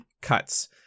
cuts